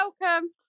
welcome